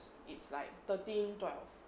it's like thirteen twelve